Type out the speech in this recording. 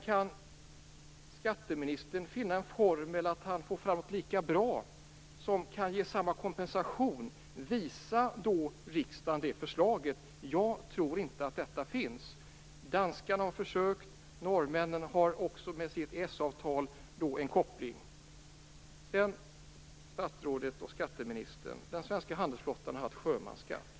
Om skatteministern kan få fram något lika bra, som kan ge samma kompensation, visa då riksdagen det förslaget! Jag tror inte att det finns något som är lika bra. Danskarna har försökt. Norrmännen har också en koppling, med sitt EES-avtal. Den svenska flottan har haft sjömansskatt.